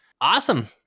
Awesome